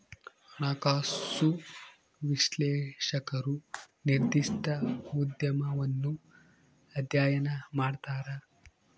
ಹಣಕಾಸು ವಿಶ್ಲೇಷಕರು ನಿರ್ದಿಷ್ಟ ಉದ್ಯಮವನ್ನು ಅಧ್ಯಯನ ಮಾಡ್ತರ